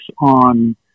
on